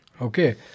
Okay